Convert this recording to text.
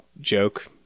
joke